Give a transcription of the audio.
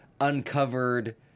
uncovered